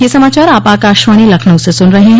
ब्रे क यह समाचार आप आकाशवाणी लखनऊ से सुन रहे हैं